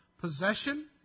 Possession